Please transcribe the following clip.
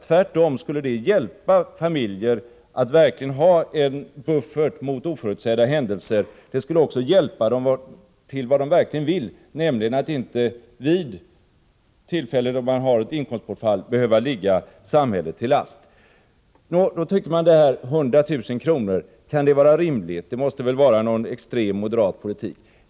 Tvärtom skulle det hjälpa familjer att verkligen ha en buffert mot oförutsed da händelser. Det skulle också hjälpa dem till vad de verkligen vill, nämligen att inte vid ett tillfälle när man har inkomstbortfall behöva ligga samhället till last. Men kan det vara rimligt med 100 000 kr.? Är det extrem moderatpolitik?